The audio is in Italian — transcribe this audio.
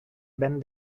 ben